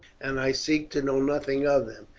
and i seek to know nothing of them,